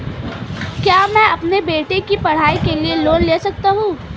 क्या मैं अपने बेटे की पढ़ाई के लिए लोंन ले सकता हूं?